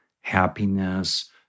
happiness